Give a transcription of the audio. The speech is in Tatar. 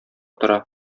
тора